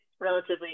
relatively